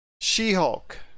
She-Hulk